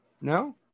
No